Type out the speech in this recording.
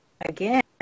Again